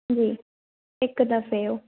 जी हिक दफ़े जो